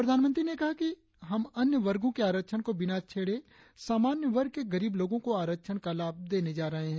प्रधानमंत्री ने कहा कि हम अन्य वर्गो के आरक्षण को बिना छेड़े सामान्य वर्ग के गरीब लोगों को आरक्षण का लाभ देने जा रहे हैं